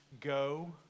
go